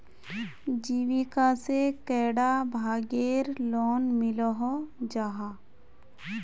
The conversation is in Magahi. जीविका से कैडा भागेर लोन मिलोहो जाहा?